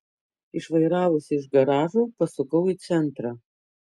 išvairavusi iš garažo pasukau į centrą